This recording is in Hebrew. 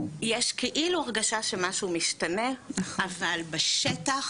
יש כאילו הרגשה שמשהו משתנה אבל בשטח